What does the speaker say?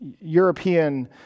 European